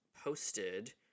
posted